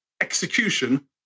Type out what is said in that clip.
execution